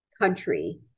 country